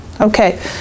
Okay